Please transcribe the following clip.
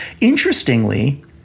interestingly